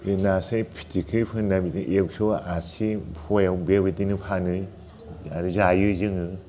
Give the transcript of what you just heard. बे नास्राय फिथिख्रि फोरना बिदि एक्स' आसि फवायाव बेबायदिनो फानो आरो जायो जोङो